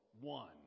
one